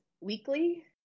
weekly